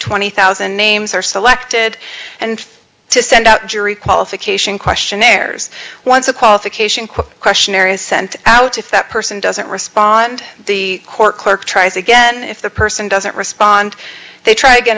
twenty thousand names are selected and to send out jury qualification questionnaires once a qualification quick questionnaire is sent out if that person doesn't respond the court clerk tries again if the person doesn't respond they try to get